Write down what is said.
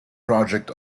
project